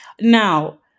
now